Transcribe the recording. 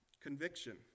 conviction